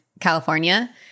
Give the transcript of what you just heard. California